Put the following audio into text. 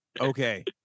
Okay